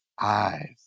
eyes